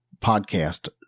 podcast